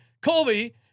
Colby